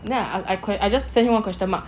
then I I just send him one question mark